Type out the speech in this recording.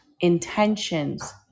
intentions